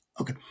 Okay